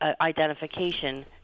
identification